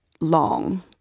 long